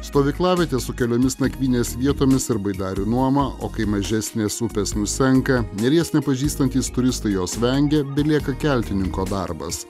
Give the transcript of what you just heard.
stovyklavietė su keliomis nakvynės vietomis ar baidarių nuoma o kai mažesnės upės nusenka neries nepažįstantys turistai jos vengia belieka keltininko darbas